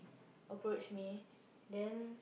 approach me then